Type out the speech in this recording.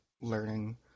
learning